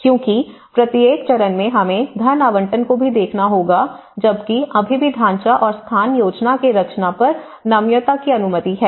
क्योंकि प्रत्येक चरण में हमें धन आवंटन को भी देखना होगा जबकि अभी भी ढांचा और स्थान योजना के रचना पर नम्यता की अनुमति है